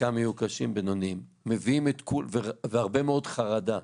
חלקם יהיו קשים ובינוניים, והרבה מאוד חרדה.